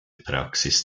praxis